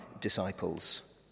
disciples